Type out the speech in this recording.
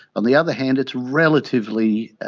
on the other hand it's relatively